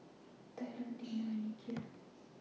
Talon Dino and Nikhil